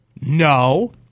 No